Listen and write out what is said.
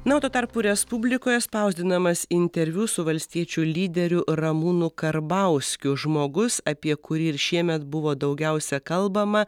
na o tuo tarpu respublikoje spausdinamas interviu su valstiečių lyderiu ramūnu karbauskiu žmogus apie kurį ir šiemet buvo daugiausia kalbama